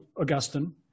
Augustine